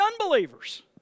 unbelievers